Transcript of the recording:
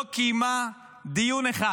לא קיימה דיון אחד